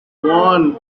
one